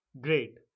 Great